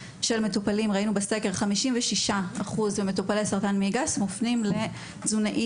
ראינו בסקר ש-56% ממטופלי סרטן מעי גס מופנים לתזונאית,